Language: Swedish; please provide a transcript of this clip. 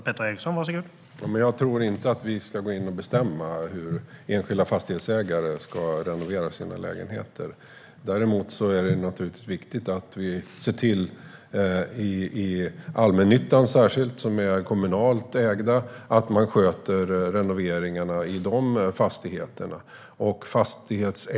Herr talman! Jag tror inte att vi ska gå in och bestämma hur enskilda fastighetsägare ska renovera sina lägenheter. Däremot är det naturligtvis viktigt att vi ser till att man i allmännyttan, som är kommunalt ägd, sköter renoveringarna av fastigheterna.